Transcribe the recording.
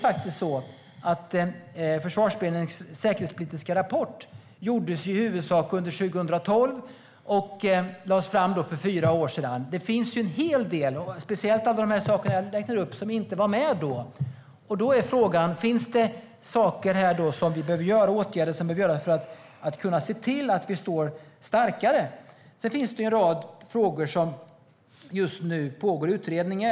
Försvarsberedningens säkerhetspolitiska rapport gjordes i huvudsak under 2012 och lades fram för fyra år sedan. Det finns en hel del - speciellt alla de saker som jag räknar upp - som inte var med då. Då är frågan: Finns det saker som vi behöver göra och åtgärder som vi behöver vidta för att kunna se till att vi står starkare? Det finns en rad frågor i den utredning som just nu pågår.